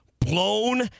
blown